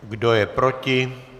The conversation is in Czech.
Kdo je proti?